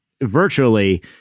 virtually